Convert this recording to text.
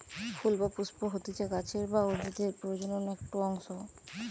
ফুল বা পুস্প হতিছে গাছের বা উদ্ভিদের প্রজনন একটো অংশ